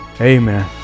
amen